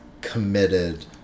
committed